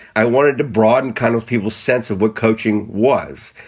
i wanted to broaden kind of people's sense of what coaching was.